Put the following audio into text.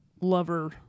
lover